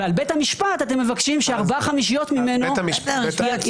ועל בית המשפט אתם מבקשים שארבע חמישיות ממנו יתכנס.